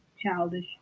childish